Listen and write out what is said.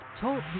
Talk